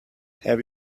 have